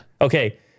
Okay